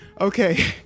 Okay